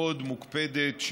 מאוד מוקפדת,